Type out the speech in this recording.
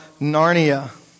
Narnia